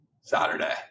Saturday